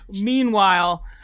Meanwhile